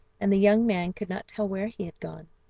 and the young man could not tell where he had gone.